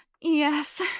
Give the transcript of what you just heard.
Yes